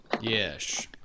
yes